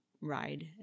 ride